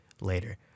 later